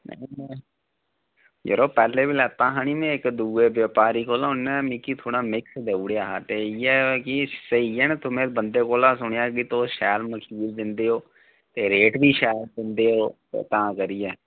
जरो पैह्लें बी लैता हा नीं में इक दुए बपारी कोह्लों उ'नें मिगी मिक्स देई ओड़ेआ हा ते इ'यै कि सेही ऐ ना कुसै बंदे कोह्लां सुनेआ कि तुस शैल मखीर दिंदेओ ते रेट बी शैल दिंदेओ ते तां करियै